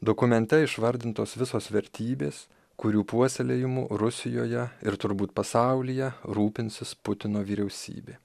dokumente išvardintos visos vertybės kurių puoselėjimu rusijoje ir turbūt pasaulyje rūpinsis putino vyriausybė